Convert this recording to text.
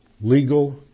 legal